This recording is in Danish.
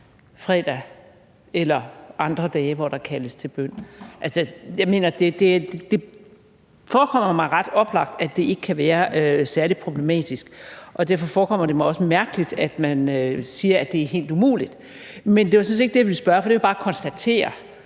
fredag eller andre dage, hvor der kaldes til bøn? Det forekommer mig ret oplagt, at det ikke kan være særlig problematisk, og derfor forekommer det mig også mærkeligt, at det er helt umuligt. Men det var sådan set ikke det, jeg ville spørge om, for det vil jeg bare konstatere.